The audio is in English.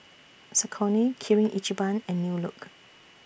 Saucony Kirin Ichiban and New Look